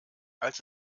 als